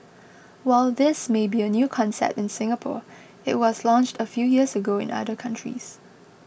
while this may be a new concept in Singapore it was launched a few years ago in other countries